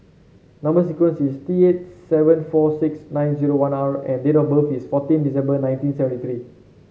number sequence is T eight seven four six nine zero one R and date of birth is fourteen December nineteen seventy three